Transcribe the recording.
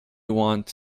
want